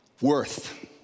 worth